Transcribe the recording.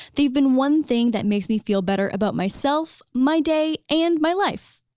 they've been one thing that makes me feel better about myself my day and my life.